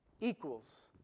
equals